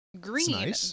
Green